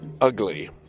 ugly